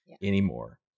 anymore